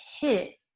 hit